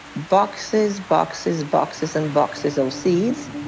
boxes, boxes, boxes, and boxes of seeds